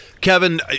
kevin